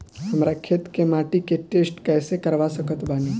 हमरा खेत के माटी के टेस्ट कैसे करवा सकत बानी?